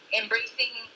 embracing